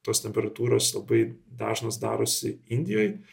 tos temperatūros labai dažnas darosi indijoj